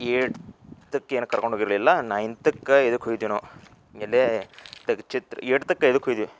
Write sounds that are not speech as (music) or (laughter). ಏಯ್ಡ್ತಕ್ ಏನು ಕರ್ಕೊಂಡು ಹೋಗಿರ್ಲಿಲ್ಲಾ ನೈನ್ತಕ್ಕ ಇದಕ್ಕೆ ಹೋಗಿದ್ವಿ ನಾವು ಎಲ್ಲಿ (unintelligible) ಏಯ್ಡ್ತಕ್ ಇದಕ್ಕೆ ಹೋಗಿದ್ವಿ